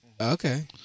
Okay